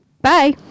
Bye